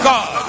God